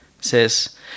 says